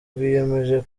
rwiyemeje